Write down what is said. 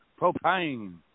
propane